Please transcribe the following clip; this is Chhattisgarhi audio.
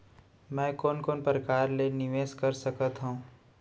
मैं कोन कोन प्रकार ले निवेश कर सकत हओं?